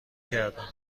کردم